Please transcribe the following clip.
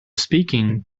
speaking